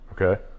Okay